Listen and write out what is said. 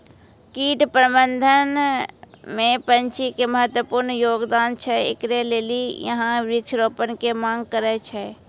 कीट प्रबंधन मे पक्षी के महत्वपूर्ण योगदान छैय, इकरे लेली यहाँ वृक्ष रोपण के मांग करेय छैय?